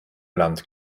land